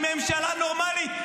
עם ממשלה נורמלית.